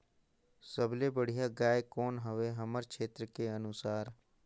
सबले बढ़िया गाय कौन हवे हमर क्षेत्र के अनुसार?